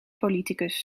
politicus